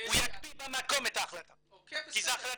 הוא יקפיא במקום את ההחלטה כי זו החלטה,